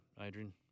Adrian